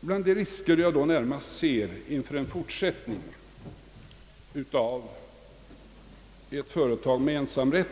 Bland de risker jag då närmast tänker på inför en fortsättning av ett företag med ensamrätt,